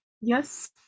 yes